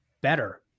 better